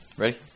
Ready